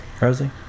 Rosie